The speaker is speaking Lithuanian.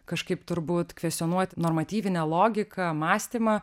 kažkaip turbūt kvestionuot normatyvinę logiką mąstymą